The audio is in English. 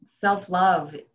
self-love